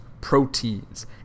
proteins